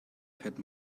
pat